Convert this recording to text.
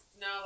No